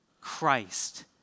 Christ